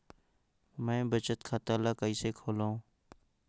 मैं बचत खाता ल किसे खोलूं?